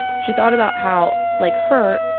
she thought about how, like her,